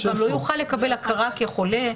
-- הוא גם לא יוכל לקבל הכרה כחולה,